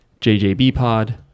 jjbpod